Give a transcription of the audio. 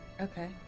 Okay